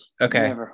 okay